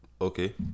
Okay